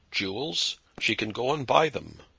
jewels she can go and buy them.